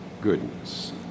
goodness